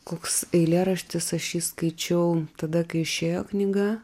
koks eilėraštis aš jį skaičiau tada kai išėjo knyga